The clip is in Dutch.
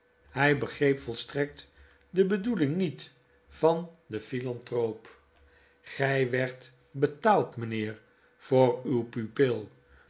hij begreep volstrekt de bedoeling niet van den philanthroop gy werdt betaald meneer voor uw pupil